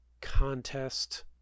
contest